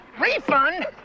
refund